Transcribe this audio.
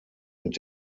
mit